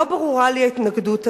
לא ברורה לי ההתנגדות הזאת.